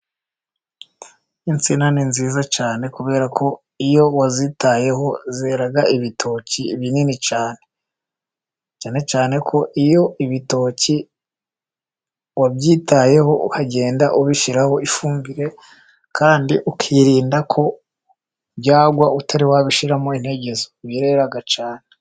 Insina ni nziza cyane kubera ko iyo wazitayeho zera ibitoki binini cyane. Cyane cyane ko iyo ibitoki wabyitayeho ukagenda ubishyiraho ifumbire, kandi ukirinda ko byagwa utari wabishyiramo integezo, birera cyane.